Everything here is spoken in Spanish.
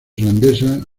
irlandesa